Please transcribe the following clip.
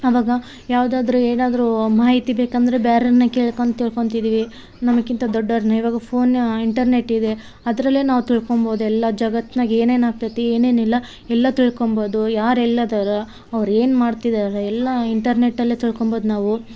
ಆವಾಗ ಯಾವುದಾದ್ರು ಏನಾದರು ಮಾಹಿತಿ ಬೇಕಂದರೆ ಬೇರೇರ್ನ ಕೇಳ್ಕೊಂತ ತಿಳ್ಕೊತಿದೀವಿ ನಮಗಿಂತ ದೊಡ್ಡವ್ರನ್ನೆ ಇವಾಗ ಫೋನ್ ಇಂಟರ್ನೆಟ್ ಇದೆ ಅದರಲ್ಲೇ ನಾವು ತಿಳ್ಕೋಬೌದು ಎಲ್ಲ ಜಗತ್ನಾಗೆ ಏನೇನು ಆಗ್ತೈತಿ ಏನೇನು ಇಲ್ಲ ಎಲ್ಲ ತಿಳ್ಕೋಬೌದು ಯಾರು ಎಲ್ಲಿದರ ಅವ್ರು ಏನು ಮಾಡ್ತಿದಾರೆ ಎಲ್ಲ ಇಂಟರ್ನೆಟಲ್ಲೇ ತಿಳ್ಕೋಬೌದು ನಾವು